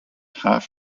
half